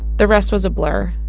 the rest was a blur.